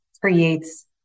creates